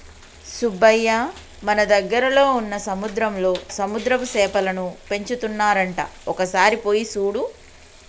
సుబ్బయ్య మన దగ్గరలో వున్న సముద్రంలో సముద్రపు సేపలను పెంచుతున్నారంట ఒక సారి పోయి సూడు